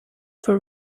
for